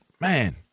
man